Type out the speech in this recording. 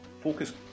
focus